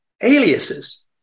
aliases